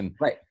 Right